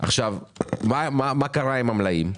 מה קרה עם המלאים?